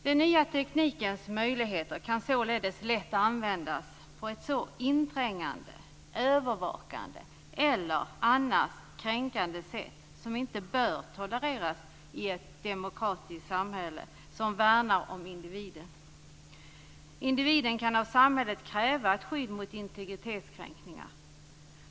Den nya teknikens möjligheter kan således lätt användas på ett så inträngande, övervakande eller annars kränkande sätt som inte bör tolereras i ett demokratiskt samhälle som värnar om individen. Individen kan av samhället kräva ett skydd mot integritetskränkningar.